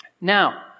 Now